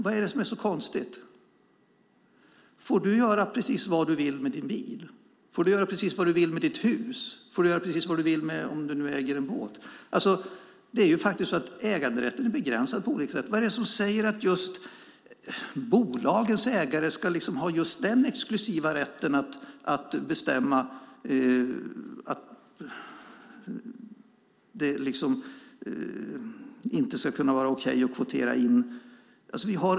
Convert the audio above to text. Vad är det som är så konstigt? Får du göra precis vad du vill med din bil? Får du göra precis vad du vill om du äger en båt? Äganderätten är faktiskt begränsad på olika sätt. Vad är det som säger att just bolagens ägare ska ha den exklusiva rätten att bestämma och att det inte ska vara okej att kvotera in kvinnor?